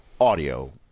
audio